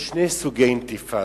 יש שני סוגי אינתיפאדה.